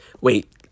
Wait